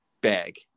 bag